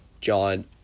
John